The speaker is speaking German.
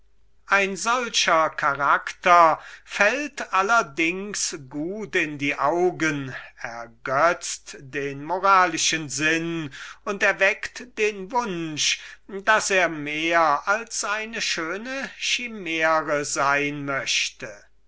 ein solcher charakter fällt allerdings gut in die augen ergötzt den moralischen sinn wenn wir anders dieses wort gebrauchen dürfen ohne mit hutchinson zu glauben daß die seele ein besonderes geistiges werkzeug die moralische dinge zu empfinden habe und erweckt den wunsch daß er mehr als eine schöne schimäre sein möchte